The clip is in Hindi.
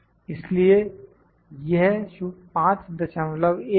इसलिए यह 51 है